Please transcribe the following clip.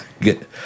Good